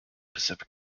pacific